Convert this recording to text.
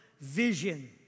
vision